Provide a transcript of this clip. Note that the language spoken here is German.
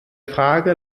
frage